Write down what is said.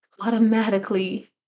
automatically